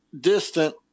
distant